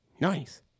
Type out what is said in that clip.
Nice